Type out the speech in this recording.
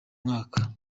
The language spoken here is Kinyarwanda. mwaka